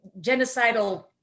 genocidal